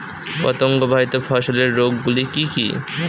পতঙ্গবাহিত ফসলের রোগ গুলি কি কি?